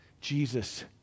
Jesus